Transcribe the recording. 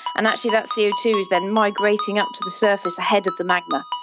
and actually that c o two is then migrating up to the surface ahead of the magma.